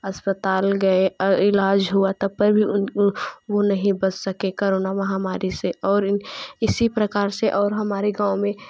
अस्पताल गए अ ईलाज हुआ तब पर उन उन वो नहीं बच सके करोना महामारी से और इन इसी प्रकार से और हमारे गाँव में